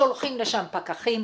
שולחים לשם פקחים,